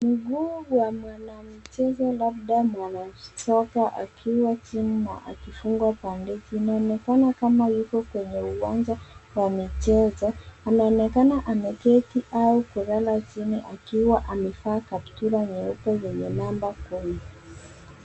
Mguu wa mwanamchezo labda mwanasoka akiwa chini na akifungwa bandeji. Inaonekana yuko kwenye uwanja wa michezo ,anaonekana ameketi au kulala chini akiwa amevaa kaptura nyeupe lenye namba kumi.